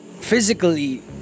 physically